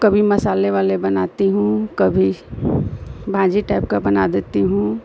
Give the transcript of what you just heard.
कभी मसाले वाली बनाती हूँ कभी भाज़ी टाइप की बना देती हूँ